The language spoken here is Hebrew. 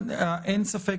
אין ספק